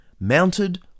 mounted